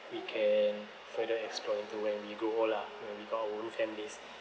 we can further exploit into when we grow old lah when we got our own families